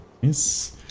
Yes